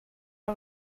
are